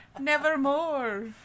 Nevermore